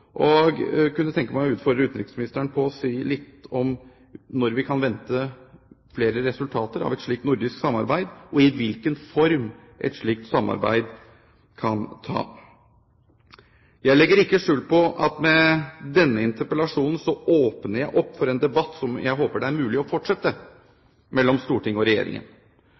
og jeg kunne tenke meg å utfordre ham på å si litt om når vi kan vente flere resultater av et slikt nordisk samarbeid og hvilken form et slikt samarbeid kan ta. Jeg legger ikke skjul på at med denne interpellasjonen åpner jeg opp for en debatt som jeg håper det er mulig å fortsette mellom Stortinget og Regjeringen